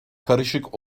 karışık